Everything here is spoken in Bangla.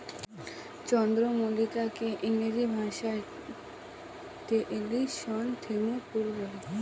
চন্দ্রমল্লিকাকে ইংরেজি ভাষায় ক্র্যাসনথেমুম ফুল বলে